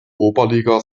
oberliga